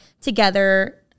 together